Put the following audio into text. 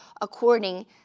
according